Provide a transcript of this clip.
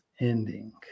ending